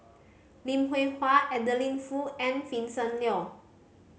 Lim Hwee Hua Adeline Foo and Vincent Leow